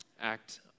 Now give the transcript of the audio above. act